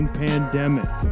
pandemic